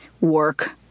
work